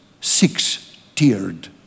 six-tiered